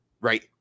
right